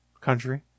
country